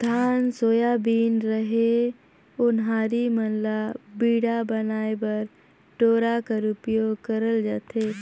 धान, सोयाबीन, रहेर, ओन्हारी मन ल बीड़ा बनाए बर डोरा कर उपियोग करल जाथे